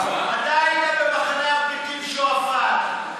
מתי הייתם במחנה הפליטים שועפאט?